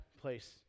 place